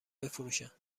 بفروشند